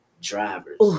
drivers